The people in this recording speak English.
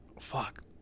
fuck